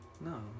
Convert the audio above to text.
No